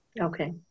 Okay